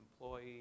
employee